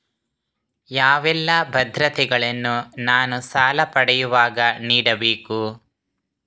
ಯಾವೆಲ್ಲ ಭದ್ರತೆಗಳನ್ನು ನಾನು ಸಾಲ ಪಡೆಯುವಾಗ ನೀಡಬೇಕು?